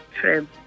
True